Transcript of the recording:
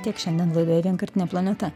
tiek šiandien laidoje vienkartinė planeta